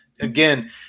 again –